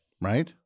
Right